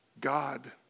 God